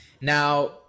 Now